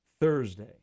Thursday